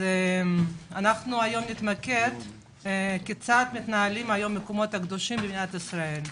אנחנו נתמקד בדיון היום כיצד מתנהלים המקומות הקדושים במדינת ישראל.